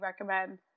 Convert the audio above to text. recommend